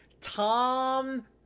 Tom